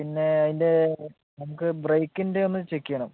പിന്നെ അതിൻ്റെ നമുക്ക് ബ്രെക്കിൻ്റെയൊന്ന് ചെക്ക് ചെയ്യണം